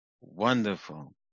Wonderful